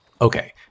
Okay